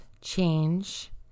change